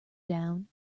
down